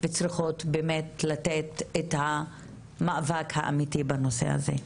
וצריכות באמת לתת את המאבק האמיתי בנושא הזה.